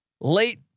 late